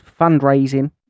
fundraising